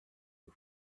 you